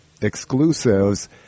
exclusives